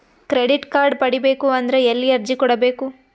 Credit card ಪಡಿಬೇಕು ಅಂದ್ರ ಎಲ್ಲಿ ಅರ್ಜಿ ಕೊಡಬೇಕು?